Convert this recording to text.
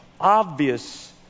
Obvious